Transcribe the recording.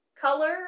color